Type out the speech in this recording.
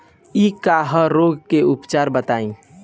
डकहा रोग के उपचार बताई?